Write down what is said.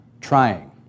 trying